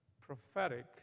prophetic